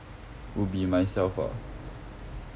would be myself ah